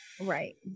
right